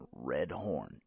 Redhorn